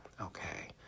okay